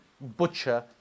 butcher